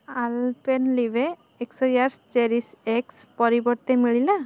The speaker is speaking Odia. ଆଲପେନ୍ଲିବେ ଏକ୍ଲେୟାର୍ସ୍ ଚେରିଶ୍ ଏକ୍ସ ପରିବର୍ତ୍ତେ ମିଳିଲା